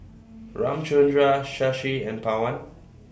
Ramchundra Shashi and Pawan